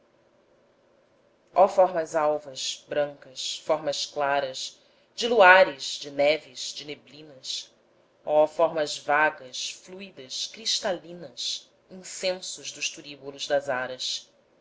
ó formas alvas brancas formas claras de luares de neves de neblinas ó formas vagas fluidas cristalinas incensos dos turíbulos das aras